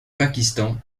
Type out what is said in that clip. pakistan